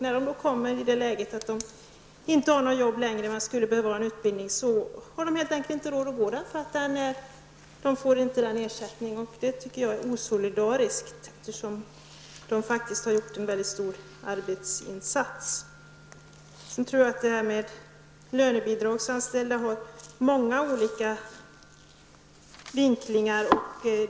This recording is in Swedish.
När de kommer i det läget att de inte har något arbete längre och skulle behöva en utbildning, har de helt enkelt inte råd att gå där, eftersom de inte får någon ersättning. Det tycker jag är osolidariskt. De har ju faktiskt gjort en mycket stor arbetsinsats. Sedan tror jag att detta med lönebidragsanställda har många olika vinklingar.